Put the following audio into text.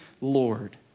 Lord